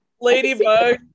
Ladybug